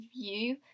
view